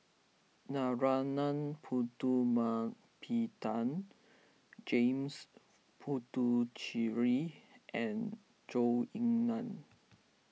Narana Putumaippittan James Puthucheary and Zhou Ying Nan